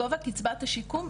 גובה קצבת השיקום,